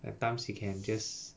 at times he can just